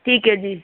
ਠੀਕ ਹੈ ਜੀ